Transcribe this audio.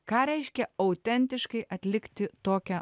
ką reiškia autentiškai atlikti tokią